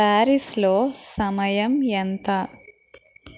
ప్యారిస్లో సమయం ఎంత